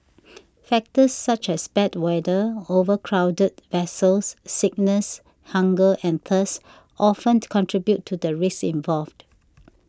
factors such as bad weather overcrowded vessels sickness hunger and thirst often contribute to the risks involved